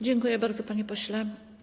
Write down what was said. Dziękuję bardzo, panie pośle.